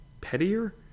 pettier